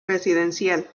residencial